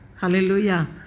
Hallelujah